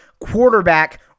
quarterback